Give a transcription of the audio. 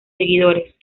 seguidores